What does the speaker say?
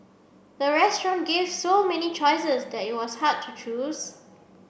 the restaurant gave so many choices that it was hard to choose